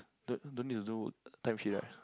don't don't need to do timesheet [right]